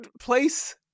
place